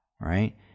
right